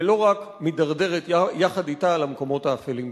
ולא רק מידרדרת יחד אתה למקומות האפלים ביותר.